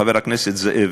חבר הכנסת זאב: